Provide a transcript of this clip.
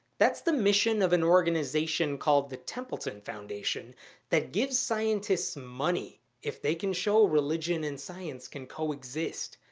that's the mission of an organization called the templeton foundation that gives scientists money if they can show religion and science can coexist.